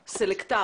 שלום.